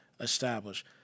establish